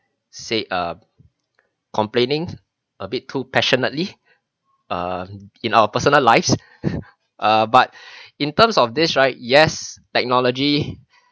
say err complaining a bit too passionately um in our personal lives err but in terms of this right yes technology